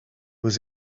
was